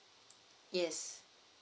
yes